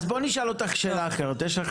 אז בואי אני אשאל אותך שאלה אחרת: יש לך